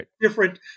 different